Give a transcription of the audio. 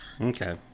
Okay